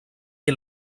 que